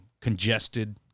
congested